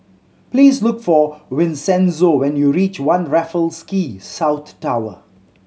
please look for Vincenzo when you reach One Raffles Quay South Tower